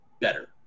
better